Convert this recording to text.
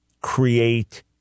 create